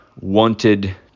wanted